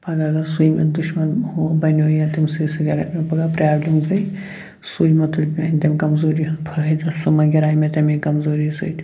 پَگاہ اگر سُے مےٚ دُشمَن ہُو بَنیٛو یا تٔمۍ سٕنٛدۍ سۭتۍ اَگر مےٚ پگاہ پرٛابلِم گے سُے ما تُلہِ میٛانہِ تَمہِ کَمزوٗری ہُند فٲیدٕ سُہ ما گراے مےٚ تَمے کَمزوٗری سۭتۍ